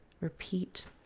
repeat